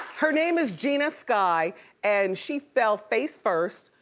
her name is genea sky and she fell face first.